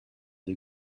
des